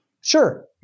Sure